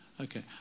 Okay